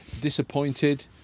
Disappointed